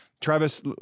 Travis